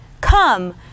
Come